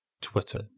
Twitter